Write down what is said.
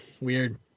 weird